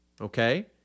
okay